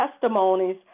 testimonies